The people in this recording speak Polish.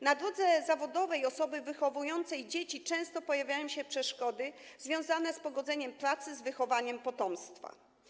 Na drodze zawodowej osoby wychowującej dzieci często pojawiają się przeszkody związane z pogodzeniem pracy z wychowaniem potomstwa.